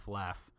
laugh